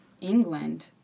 England